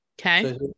Okay